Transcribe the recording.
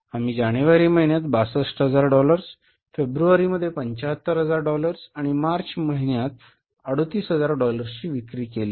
आम्ही जानेवारी महिन्यात 62000 डॉलर्स फेब्रुवारीमध्ये 75000 डॉलर्स आणि मार्च महिन्यात 38000 डॉलर्सची विक्री केली